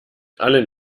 allen